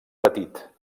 petit